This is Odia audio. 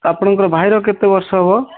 ଆପଣଙ୍କ ଭାଇର କେତେ ବର୍ଷ ହେବ